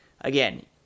Again